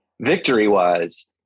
victory-wise